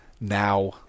Now